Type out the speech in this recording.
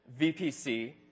VPC